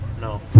No